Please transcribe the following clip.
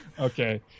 Okay